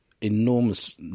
enormous